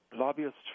lobbyists